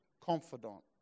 confidant